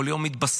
כל יום מתבשרים,